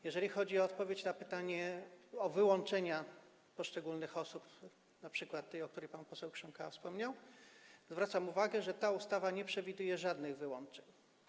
Jeżeli chodzi o odpowiedź na pytanie o wyłączenia poszczególnych osób, np. tej, o której pan poseł Krząkała wspomniał, to zwracam uwagę, że ta ustawa nie przewiduje żadnych wyłączeń.